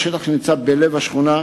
יש שטח בלב השכונה,